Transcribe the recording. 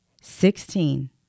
Sixteen